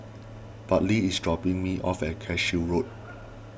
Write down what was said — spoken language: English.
Bartley is dropping me off at Cashew Road